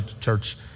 church